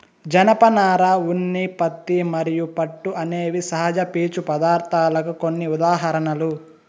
జనపనార, ఉన్ని, పత్తి మరియు పట్టు అనేవి సహజ పీచు పదార్ధాలకు కొన్ని ఉదాహరణలు